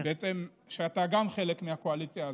ואתה גם חלק מהקואליציה הזאת,